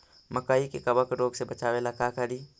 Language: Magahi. मकई के कबक रोग से बचाबे ला का करि?